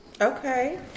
Okay